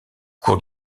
cours